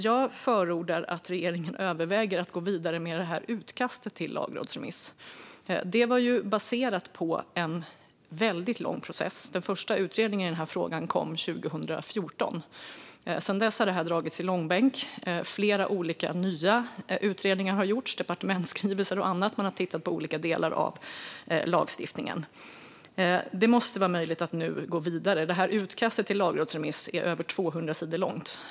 Jag förordar att regeringen ska överväga att gå vidare med utkastet till lagrådsremiss. Det var baserat på en väldigt lång process. Den första utredningen i frågan kom 2014. Sedan dess har detta dragits i långbänk. Flera nya utredningar har gjorts. Det har gjorts departementsskrivelser och annat. Man har tittat på olika delar av lagstiftningen. Det måste vara möjligt att nu gå vidare. Utkastet till lagrådsremiss är över 200 sidor långt.